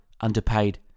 underpaid